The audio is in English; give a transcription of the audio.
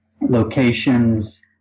locations